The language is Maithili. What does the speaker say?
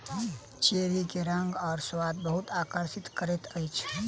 चेरी के रंग आ स्वाद बहुत आकर्षित करैत अछि